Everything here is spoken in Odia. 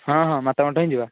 ହଁ ହଁ ମାତା ମଠ ହିଁ ଯିବା